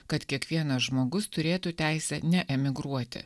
kad kiekvienas žmogus turėtų teisę neemigruoti